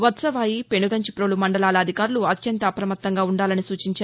వత్సవాయి పెసుగంచిప్రోలు మండలాల అధికారులు అత్యంత అప్రమత్తంగా ఉండాలని సూచించారు